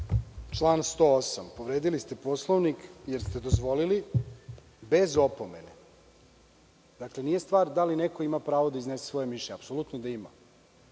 Član 108. Povredili ste Poslovnik jer ste dozvolili bez opomene, nije stvar da li neko ima pravo da iznese svoje mišljenje, apsolutno da ima,